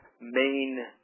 main